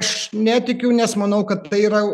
aš netikiu nes manau kad tai yra